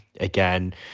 Again